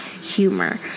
humor